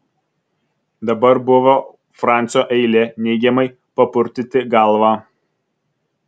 dabar buvo francio eilė neigiamai papurtyti galvą